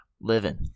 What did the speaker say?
living